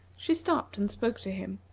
she stopped and spoke to him.